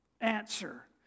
answer